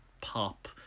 pop